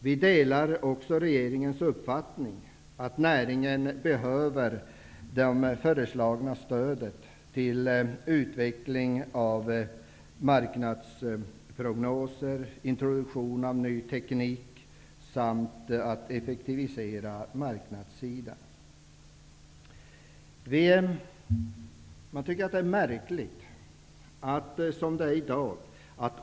Vi delar regeringens uppfattning att näringen behöver det föreslagna stödet till utveckling av marknadsprognoser, introduktion av ny teknik samt för att effektivisera marknadssidan. Jag tycker att dagens förhållanden är märkliga.